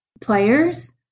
players